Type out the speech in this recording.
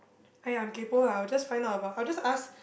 !aiya! I'm kaypo ah I'll just find out about I'll just ask